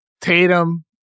Tatum